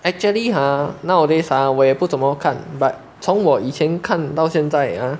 actually ha nowadays ah 我也不怎么看 but 从我以前看到现在啊